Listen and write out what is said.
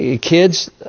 kids